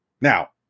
Now